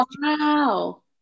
wow